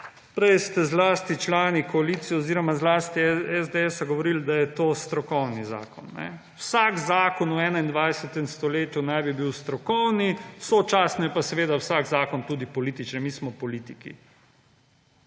Prej ste zlasti člani koalicije oziroma zlasti SDS govorili, da je to strokovni zakon. Vsak zakon v 21. stoletju naj bi bil strokoven, sočasno je pa seveda vsak zakon tudi političen, mi smo politiki.